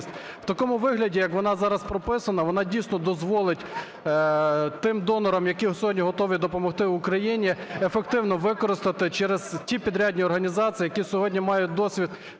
В такому вигляді, як вона зараз прописана, вона, дійсно, дозволить тим донорам, які сьогодні готові допомогти Україні ефективно використати через ті підрядні організації, які сьогодні мають досвід